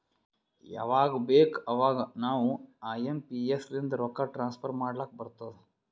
ಯವಾಗ್ ಬೇಕ್ ಅವಾಗ ನಾವ್ ಐ ಎಂ ಪಿ ಎಸ್ ಲಿಂದ ರೊಕ್ಕಾ ಟ್ರಾನ್ಸಫರ್ ಮಾಡ್ಲಾಕ್ ಬರ್ತುದ್